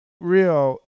real